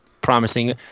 promising